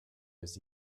was